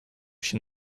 się